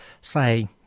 say